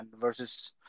versus